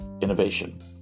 innovation